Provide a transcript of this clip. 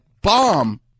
bomb